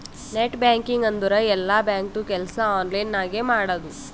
net banking ಅಂದುರ್ ಎಲ್ಲಾ ಬ್ಯಾಂಕ್ದು ಕೆಲ್ಸಾ ಆನ್ಲೈನ್ ನಾಗೆ ಮಾಡದು